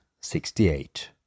sixty-eight